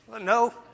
No